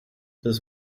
des